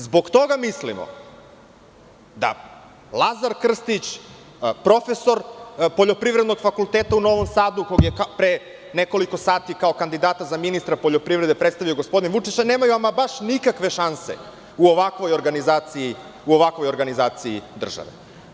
Zbog toga mislimo da Lazar Krstić, profesor Poljoprivrednog fakulteta u Novom Sadu koga je pre nekoliko sati, kao kandidata za ministra poljoprivrede predstavio gospodin Vučić, a nemaju ama baš nikakve šanse u ovakvoj organizaciji države.